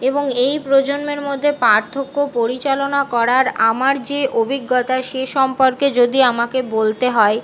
এবং এই প্রজন্মের মধ্যে পার্থক্য পরিচালনা করার আমার যে অভিজ্ঞতা সে সম্পর্কে যদি আমাকে বলতে হয়